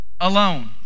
alone